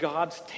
God's